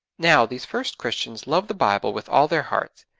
now, these first christians loved the bible with all their hearts,